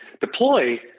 deploy